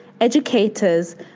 educators